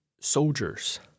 soldiers